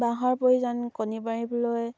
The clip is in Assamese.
বাঁহৰ প্ৰয়োজন কণী পাৰিবলৈ